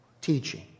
teaching